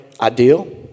ideal